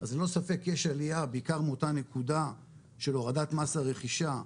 אז ללא ספק יש עליה בעיקר מאותה נקודה של הורדת מס הרכישה,